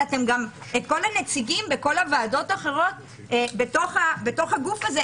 אז כל הנציגים בוועדות האחרות בגוף הזה,